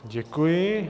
Děkuji.